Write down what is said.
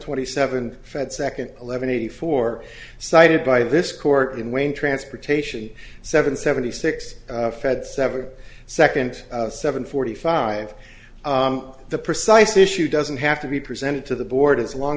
twenty seven fred second eleven eighty four cited by this court in wayne transportation seven seventy six fed seven second seven forty five the precise issue doesn't have to be presented to the board as long